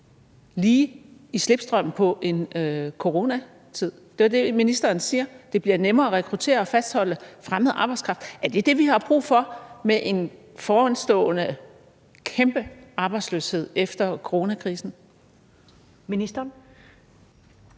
lige i slipstrømmen på en coronatid? Det er jo det, ministeren siger: at det bliver nemmere at rekruttere og fastholde fremmed arbejdskraft. Er det det, vi har brug for, med en foranstående kæmpe arbejdsløshed efter coronakrisen? Kl.